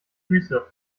füße